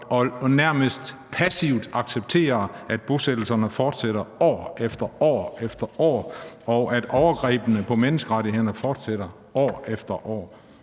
og nærmest passivt accepterer, at bosættelserne fortsætter år efter år, og at overgrebene på menneskerettighederne fortsætter år efter år?